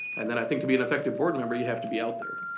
and then i think to be an effective board member you have to be out there.